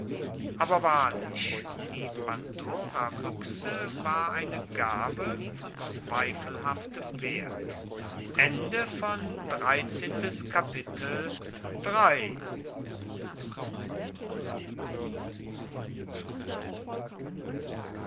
aber wahrlich die pandorabuechse war eine gabe von zweifelhaftem wert